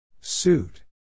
Suit